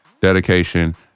dedication